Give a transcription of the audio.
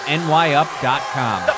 nyup.com